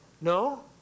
no